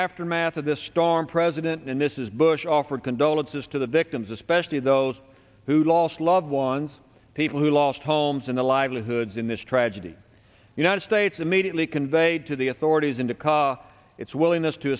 aftermath of this storm president and mrs bush offered condolences to the victims especially those who lost loved ones people who lost homes in the livelihoods in this tragedy united states immediately conveyed to the authorities and to cause its willingness to